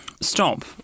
Stop